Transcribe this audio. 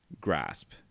grasp